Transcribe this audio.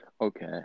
okay